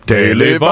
Daily